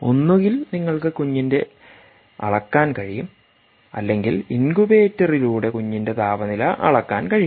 ഒന്നുകിൽ നിങ്ങൾക്ക് കുഞ്ഞിന്റെ അളക്കാൻ കഴിയും അല്ലെങ്കിൽ ഇൻകുബേറ്ററിലൂടെ കുഞ്ഞിന്റെ താപനില അളക്കാൻ കഴിയും